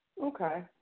Okay